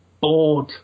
bored